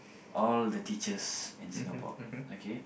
all the teachers in Singapore okay